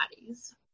bodies